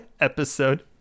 episode